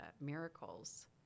miracles